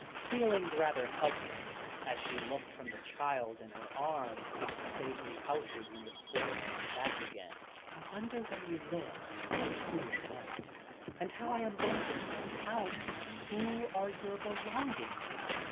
feeling rather helpless, as she looked from the child in her arms to the stately houses in the square, and back again. i wonder where you live, you queer mite and how i am going to find out who are your belongings.